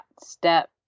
step